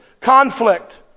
conflict